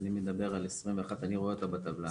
אני מדבר על 21, אני רואה אותה בטבלה.